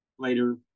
Later